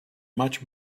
much